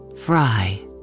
Fry